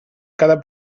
cada